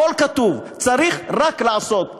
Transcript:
הכול כתוב, צריך רק לעשות.